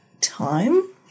time